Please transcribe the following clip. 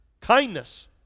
Kindness